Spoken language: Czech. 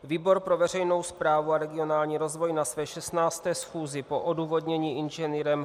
Výbor pro veřejnou správu a regionální rozvoj na své 16. schůzi po odůvodnění Ing.